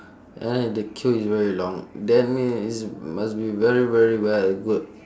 and the queue is very long that mean it's must be very very well good